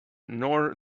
nor